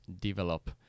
develop